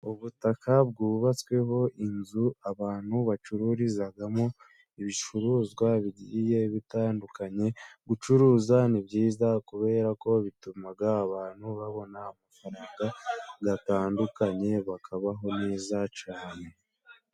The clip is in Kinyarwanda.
Ubutaka bwubatsweho inzu abantu bacururizamo ibicuruzwa bigiye bitandukanye, gucuruza ni byiza kubera ko bituma abantu babona amafaranga atandukanye bakabaho neza cyane.